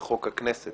לחוק הכנסת.